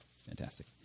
Fantastic